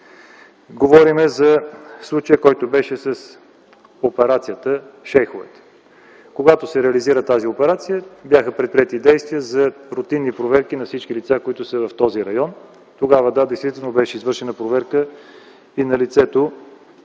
говорим за случая, който, беше по операцията „Шейховете”. Когато се реализира тази операция бяха предприети действия за рутинни проверки на всички лица, които са в този район. Тогава – да, действително беше извършена проверка и на лицето,